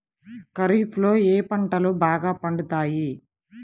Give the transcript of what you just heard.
ఖరీఫ్లో ఏ పంటలు బాగా పండుతాయి?